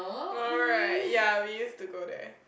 alright ya we used to go there